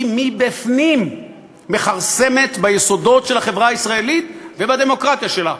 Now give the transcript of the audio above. היא מכרסמת מבפנים ביסודות של החברה הישראלית ובדמוקרטיה שלה.